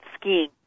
skiing